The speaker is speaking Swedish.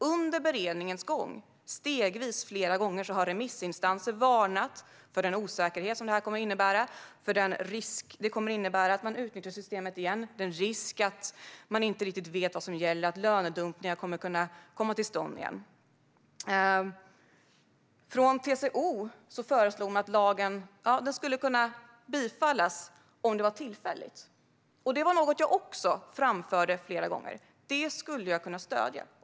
Under beredningens gång, stegvis, flera gånger, har remissinstanser varnat för den osäkerhet som det här kommer att innebära och för den risk som det kommer att innebära att systemet utnyttjas igen, för att man inte vet vad som gäller och för att lönedumpningar kommer att kunna komma till stånd igen. TCO föreslog att lagen skulle kunna bifallas om den var tillfällig. Det var något jag också framförde flera gånger. Det skulle jag kunna stödja.